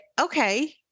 okay